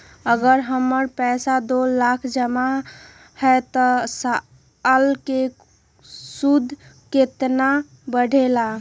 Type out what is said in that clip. अगर हमर पैसा दो लाख जमा है त साल के सूद केतना बढेला?